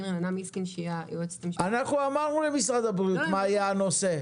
אנחנו אמרנו למשרד הבריאות מה היה הנושא.